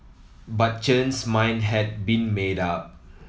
but Chen's mind had been made up